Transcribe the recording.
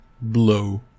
blow